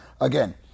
again